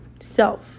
self